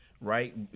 right